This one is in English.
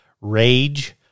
Rage